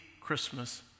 Christmas